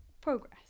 progress